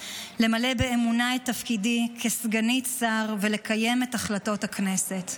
למלא באמונה את תפקידי כסגנית שר ולקיים את החלטות הכנסת.